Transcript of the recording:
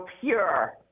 pure